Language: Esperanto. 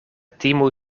timu